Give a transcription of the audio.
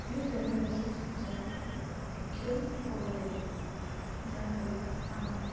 এই ট্ৰেভেল এজেণ্টজন শিক্ষিতও হ'ব লাগিব যাৰ ফলত আমাক